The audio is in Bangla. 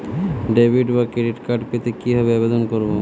ডেবিট বা ক্রেডিট কার্ড পেতে কি ভাবে আবেদন করব?